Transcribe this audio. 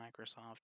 Microsoft